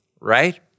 right